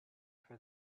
for